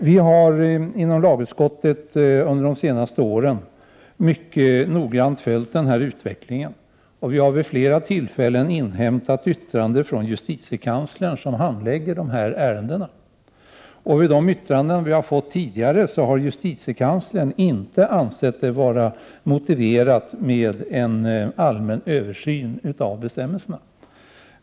Vi har inom lagutskottet under de senaste åren mycket noggrant följt denna utveckling, och vi har vid flera tillfällen inhämtat yttranden från justitiekanslern som handlägger dessa ärenden. I de yttranden som vi har fått tidigare har justitiekanslern inte ansett det vara motiverat med en allmän översyn av bestämmelserna.